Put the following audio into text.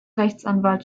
rechtsanwalt